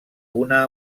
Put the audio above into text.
una